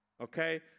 okay